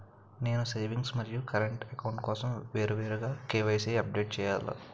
నేను సేవింగ్స్ మరియు current account కోసం వేరువేరుగా కే.వై.సీ అప్డేట్ చేయాలా?